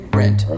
rent